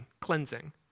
Cleansing